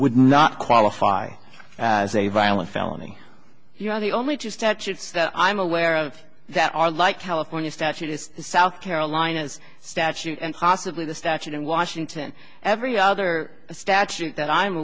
would not qualify as a violent felony you are the only two statutes that i'm aware of that are like california statute is south carolina's statute and possibly the statute in washington every other statute that i'm